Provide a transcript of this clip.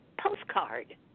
postcard